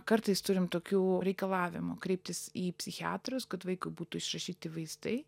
kartais turim tokių reikalavimų kreiptis į psichiatrus kad vaikui būtų išrašyti vaistai